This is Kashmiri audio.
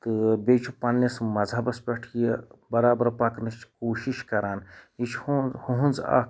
تہٕ بییٚہِ چھُ پَننِس مَذہَبَس پیٹھ یہِ بَرابَر پَکنٕچ کوٗشِش کَران یہِ چھِ ہُہِنٛز اَکھ